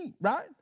right